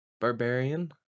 Barbarian